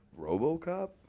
Robocop